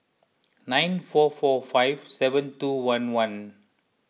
nine four four five seven two one one